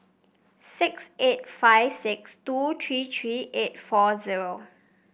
six eight five six two three three eight four zero